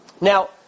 Now